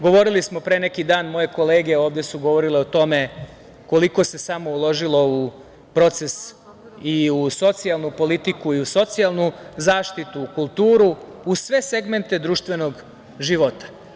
Govorili smo pre neki dan, moje kolege ovde su govorile o tome koliko se samo uložilo u proces i u socijalnu politiku i u socijalnu zaštitu u kulturu u sve segmente društvenog života.